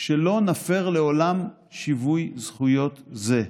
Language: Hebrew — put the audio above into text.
שלא נפר לעולם שיווי זכויות זה,